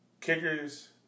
kickers